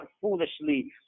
foolishly